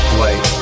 wait